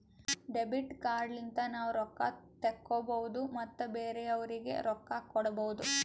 debit card ಲಿಂತ ನಾವ್ ರೊಕ್ಕಾ ತೆಕ್ಕೋಭೌದು ಮತ್ ಬೇರೆಯವ್ರಿಗಿ ರೊಕ್ಕಾ ಕೊಡ್ಭೌದು